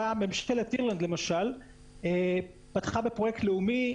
ממשלת אירלנד למשל פתחה בפרויקט לאומי.